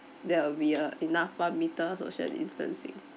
there will be uh enough one metre social distancing